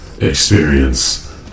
experience